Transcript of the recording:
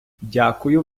дякую